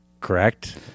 Correct